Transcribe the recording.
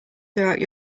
throughout